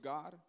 God